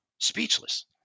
speechless